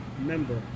member